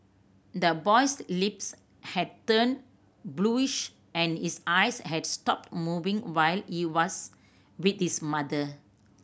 the boy's lips had turned bluish and his eyes had stopped moving while he was with his mother